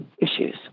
issues